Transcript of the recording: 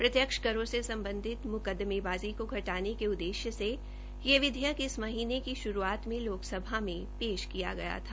प्रत्यक्ष करों में सम्बधित म्कदमेंबाज़ी को घटाने के उद्देश्य से यह विधेयक इस महीने की शुरूआत में लोकसभा में पेश किया गया था